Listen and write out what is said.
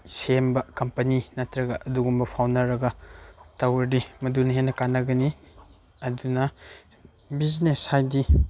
ꯁꯦꯝꯕ ꯀꯝꯄꯅꯤ ꯅꯠꯇ꯭ꯔꯒ ꯑꯗꯨꯒꯨꯝꯕ ꯐꯥꯎꯅꯔꯒ ꯇꯧꯔꯗꯤ ꯃꯗꯨꯅ ꯍꯦꯟꯅ ꯀꯥꯟꯅꯒꯅꯤ ꯑꯗꯨꯅ ꯕꯤꯖꯤꯅꯦꯁ ꯍꯥꯏꯗꯤ